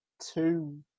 two